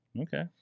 Okay